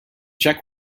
check